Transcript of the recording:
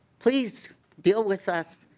please deal with us.